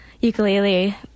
ukulele